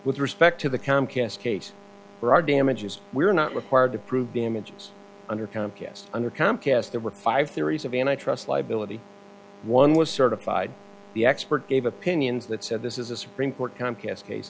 with respect to the comcast case where our damages we are not required to prove damages under comcast under comcast there were five theories of and i trust liability one was certified the expert gave opinions that said this is a supreme court comcast case